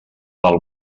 del